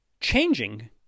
changing